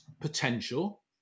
potential